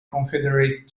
confederate